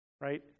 right